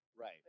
Right